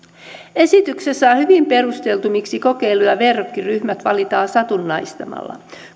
on hyvin perusteltu miksi kokeilu ja verrokkiryhmät valitaan satunnaistamalla